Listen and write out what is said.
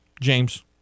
James